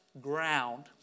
ground